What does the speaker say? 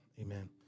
amen